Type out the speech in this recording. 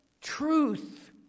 truth